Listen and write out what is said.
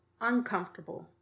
uncomfortable